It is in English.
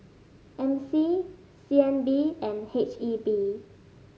M C C N B and H E B